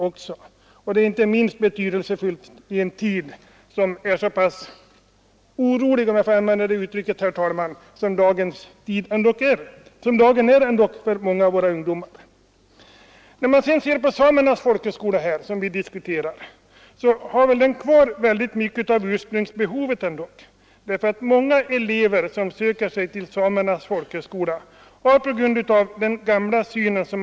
Detta är inte minst betydelsefullt i en tid som är så orolig — om jag får använda det uttrycket — som dagens tillvaro ändå måste te sig för många av våra ungdomar. Samernas folkhögskola torde ha kvar mycket av den gamla betydelsen, eftersom många av de elever som söker sig dit har behov av en bättre skolunderbyggnad enligt det gamla synsättet.